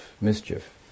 mischief